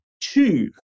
two